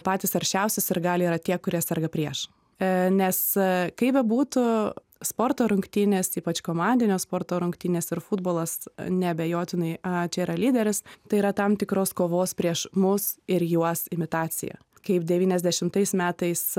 patys aršiausi sirgaliai yra tie kurie serga prieš e nes kaip bebūtų sporto rungtynės ypač komandinio sporto rungtynės ir futbolas neabejotinai a čia yra lyderis tai yra tam tikros kovos prieš mus ir juos imitacija kaip devyniasdešimtais metais